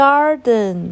Garden